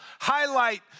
highlight